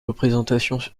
représentations